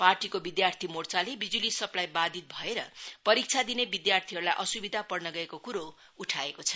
पार्टीको विद्यार्धी मोर्चाले बिजुली सप्लाई बाधित भएर परीक्षा दिने विद्यार्धीहरूलाई असुविधा पर्न गएको कुरो उठाएको छ